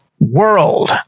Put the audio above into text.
world